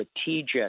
strategic